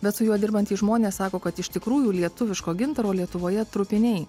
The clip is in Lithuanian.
bet su juo dirbantys žmonės sako kad iš tikrųjų lietuviško gintaro lietuvoje trupiniai